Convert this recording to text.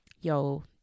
yo